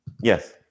Yes